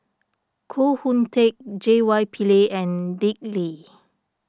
Koh Hoon Teck J Y Pillay and Dick Lee